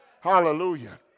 Hallelujah